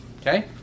Okay